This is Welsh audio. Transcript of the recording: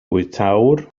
bwytäwr